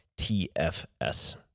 TFS